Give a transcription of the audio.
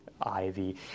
Ivy